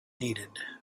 needed